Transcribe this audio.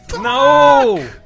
No